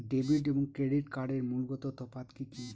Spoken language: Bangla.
ডেবিট এবং ক্রেডিট কার্ডের মূলগত তফাত কি কী?